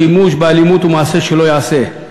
השימוש באלימות הוא מעשה שלא ייעשה,